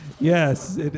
Yes